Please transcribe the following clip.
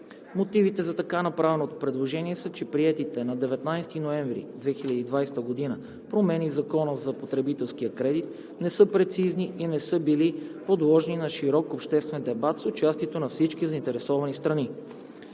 Мотивите за така направеното предложение са, че приетите на 19 ноември 2020 г. промени в Закона за потребителския кредит не са прецизни и не са били подложени на широк обществен дебат с участието на всички заинтересовани страни.